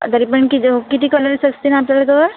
तरी पण किती किती कलर्स असतील आपल्याजवळ